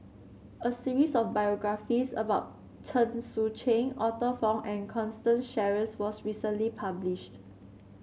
a series of biographies about Chen Sucheng Arthur Fong and Constance Sheares was recently published